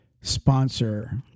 sponsor